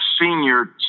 senior